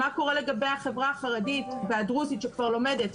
מה קורה לגבי החברה חרדית והדרוזית שכבר לומדת?